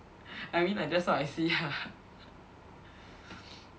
I mean like that's what I see ah